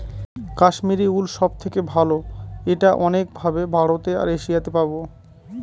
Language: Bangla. কাশ্মিরী উল সব থেকে ভালো এটা অনেক ভাবে ভারতে আর এশিয়াতে পাবো